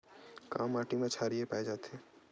का माटी मा क्षारीय पाए जाथे?